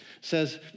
says